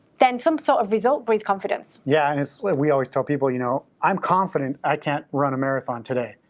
then some sort of result, breeds confidence. yeah, and as we always tell people, you know i'm confident i can't run a marathon today,